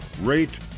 rate